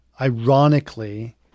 ironically